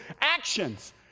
actions